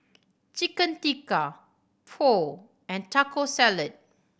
Chicken Tikka Pho and Taco Salad